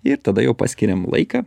ir tada jau paskiriam laiką